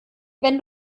wenn